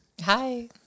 Hi